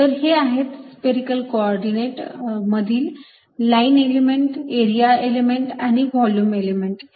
तर हे आहेत स्पेरिकेल को ऑर्डिनेट मधील लाईन एलिमेंट एरिया एलिमेंट आणि व्हॉल्युम एलिमेंट